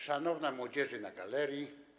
Szanowna Młodzieży na Galerii!